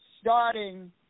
starting